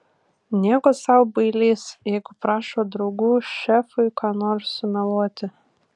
nieko sau bailys jeigu prašo draugų šefui ką nors sumeluoti